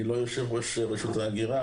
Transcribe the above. אני לא יושב ראש רשות ההגירה.